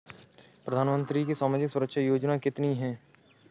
प्रधानमंत्री की सामाजिक सुरक्षा योजनाएँ कितनी हैं?